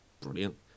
brilliant